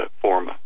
form